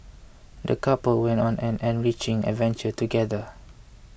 the couple went on an enriching adventure together